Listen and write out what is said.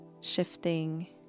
shifting